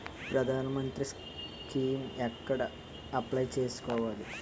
ప్రధాన మంత్రి స్కీమ్స్ ఎక్కడ అప్లయ్ చేసుకోవాలి?